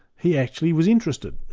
he actually was interested.